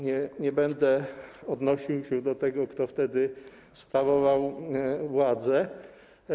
Nie będę odnosił się do tego, kto wtedy sprawował władzę.